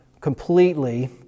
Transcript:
completely